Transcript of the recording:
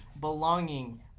Belonging